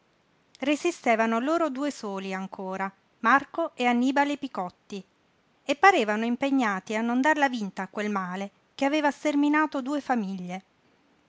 bare resistevano loro due soli ancora marco e annibale picotti e parevano impegnati a non darla vinta a quel male che aveva sterminato due famiglie